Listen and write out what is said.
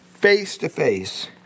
face-to-face